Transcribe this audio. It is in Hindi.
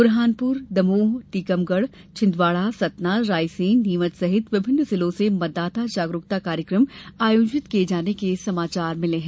बुरहानपुर दमोह छिन्दवाड़ा सतना रायसेन नीमच सहित विभिन्न जिलों से मतदाता जागरूकता कार्यक्रम आयोजित किये जाने के समाचार मिले हैं